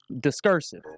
discursive